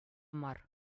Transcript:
мар